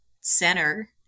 center